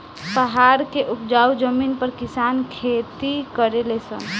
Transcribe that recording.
पहाड़ के उपजाऊ जमीन पर किसान खेती करले सन